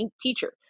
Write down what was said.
teacher